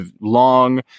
long